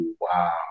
wow